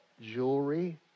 jewelry